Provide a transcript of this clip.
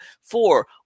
Four